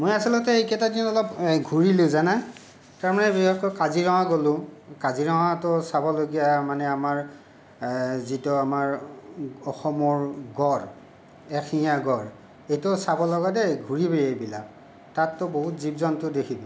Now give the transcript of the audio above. মই আচলতে এইকেইটা দিন অলপ ঘূৰিলোঁ জানা তাৰমানে বিশেষকৈ কাজিৰঙা গ'লো কাজিৰঙাতো চাবলগীয়া মানে আমাৰ যিটো আমাৰ অসমৰ গড় এক শিঙীয়া গড় সেইটো চাবলগা দেই ঘূৰিবি এইবিলাক তাতটো বহুত জীৱ জন্তু দেখিবি